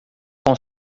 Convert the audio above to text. com